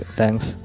thanks